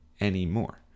anymore